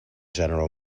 general